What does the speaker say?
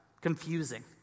confusing